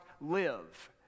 live